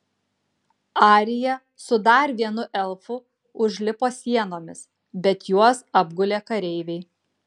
arija su dar vienu elfu užlipo sienomis bet juos apgulė kareiviai